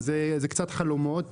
אז זה רק חלומות